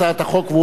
והוא היה הראשון.